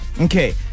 okay